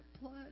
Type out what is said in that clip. blood